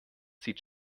sieht